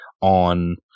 on